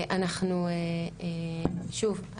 שוב,